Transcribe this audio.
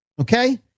Okay